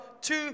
two